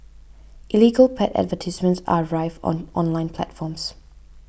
illegal pet advertisements are rife on online platforms